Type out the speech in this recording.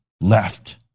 left